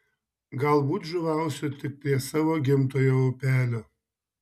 galbūt žuvausiu tik prie savo gimtojo upelio